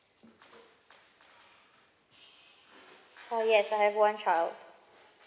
oh yes I have one child